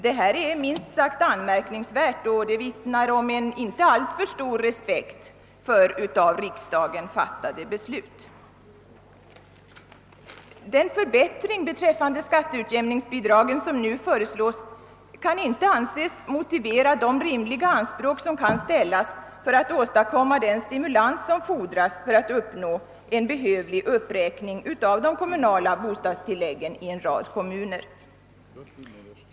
Detta är minst sagt anmärkningsvärt och vittnar om en inte alltför stor respekt för av riksdagen fattade beslut. Den förbättring beträffande skatteutjämningsbidragen som nu föreslås kan inte anses motsvara rimliga anspråk när det gäller att åstadkomma den stimulans som fordras för att nå en behövlig uppräkning av de kommunala bostadstilläggen i en rad kommuner.